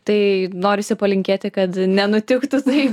tai norisi palinkėti kad nenutiktų tai